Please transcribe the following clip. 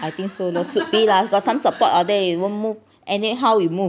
I think so lor should be lah got some support out there it won't move anyhow will